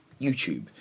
YouTube